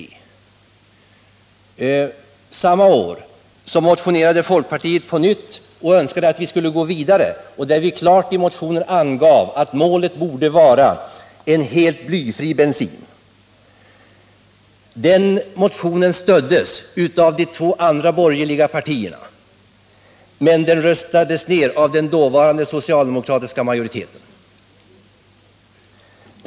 Samma år motionerade folkpartiet på nytt. Vi ville gå vidare, och vi angav klart i motionen att målet borde vara en helt blyfri bensin. Den motionen stöddes av de två andra borgerliga partierna, men den röstades ner av den dåvarande socialdemokratiska majoriteten.